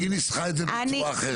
היא ניסחה את זה בצורה אחרת.